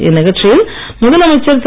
இந்நிகழ்ச்சியில் முதலமைச்சர் திரு